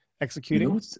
executing